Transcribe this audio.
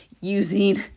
using